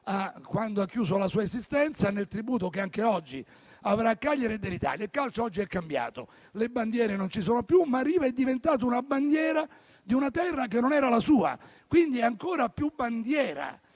quando non ha chiuso la sua esistenza, con il tributo che anche oggi avrà a Cagliari dall'Italia. Il calcio oggi è cambiato: le bandiere non ci sono più, ma Riva è diventato bandiera di una terra che non era la sua; quindi è ancora più bandiera